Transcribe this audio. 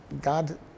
God